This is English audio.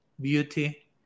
beauty